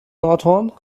nordhorn